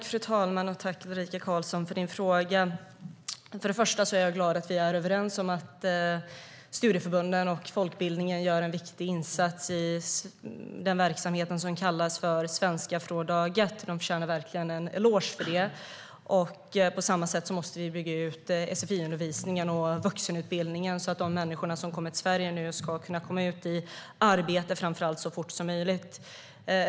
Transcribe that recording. Fru talman! Tack, Ulrika Carlsson, för din fråga! Till att börja med är jag glad över att vi är överens om att studieförbunden och folkbildningen gör en viktig insats när det gäller den verksamhet som kallas för Svenska från dag ett. De förtjänar verkligen en eloge för det. Vi måste bygga ut sfi-undervisningen och vuxenutbildningen på samma sätt, så att de människor som nu kommer till Sverige framför allt ska kunna komma ut i arbete så fort som möjligt.